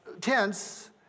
tense